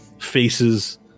faces